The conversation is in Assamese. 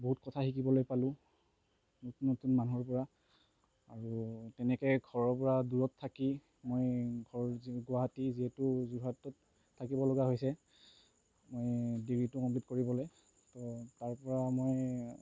বহুত কথা শিকিবলৈ পালোঁ নতুন নতুন মানুহৰ পৰা আৰু তেনেকৈ ঘৰৰ পৰা দূৰত থাকি মই ঘৰ গুৱাহাটী যিহেতু যোৰহাটত থাকিব লগা হৈছে মই ডিগ্ৰীটো কমপ্লিট কৰিবলৈ তো তাৰ পৰা মই